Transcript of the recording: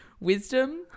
Wisdom